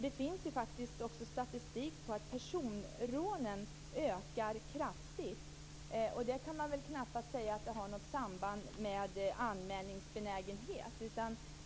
Det finns statistik på att personrånen ökar kraftigt. Det kan man knappast säga har något samband med anmälningsbenägenhet.